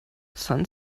san